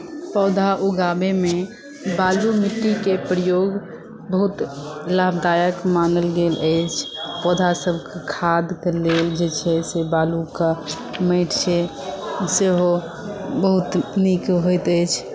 पौधा उगाबयमे बालू मिट्टीके प्रयोग बहुत लाभदायक मानल गेल अछि पौधासभके खाद लेल जे छै से बालूके माटि छै सेहो बहुत नीक होइत अछि